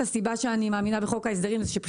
הסיבה שאני מאמינה בחוק ההסדרים היא שזו